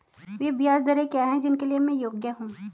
वे ब्याज दरें क्या हैं जिनके लिए मैं योग्य हूँ?